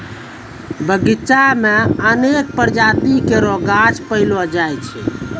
बगीचा म अनेक प्रजाति केरो गाछ पैलो जाय छै